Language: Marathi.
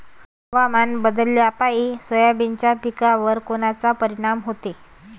हवामान बदलापायी सोयाबीनच्या पिकावर कोनचा परिणाम होते?